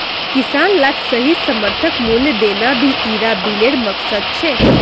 किसान लाक सही समर्थन मूल्य देना भी इरा बिलेर मकसद छे